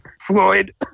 Floyd